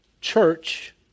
church